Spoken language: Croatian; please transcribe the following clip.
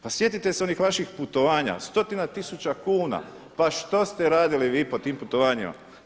Pa sjetite se onih vaših putovanja, stotina tisuća kuna, pa što ste radili vi po tim putovanjima?